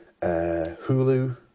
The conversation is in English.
Hulu